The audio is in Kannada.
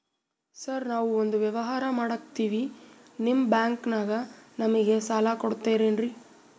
ಸಾರ್ ನಾವು ಒಂದು ವ್ಯವಹಾರ ಮಾಡಕ್ತಿವಿ ನಿಮ್ಮ ಬ್ಯಾಂಕನಾಗ ನಮಿಗೆ ಸಾಲ ಕೊಡ್ತಿರೇನ್ರಿ?